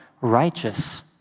righteous